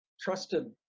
trusted